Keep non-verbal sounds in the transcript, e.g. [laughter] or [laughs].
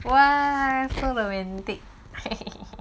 !wah! so romantic [laughs]